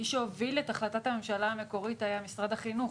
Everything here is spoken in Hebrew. מי שהוביל את החלטת הממשלה המקורית היה משרד החינוך,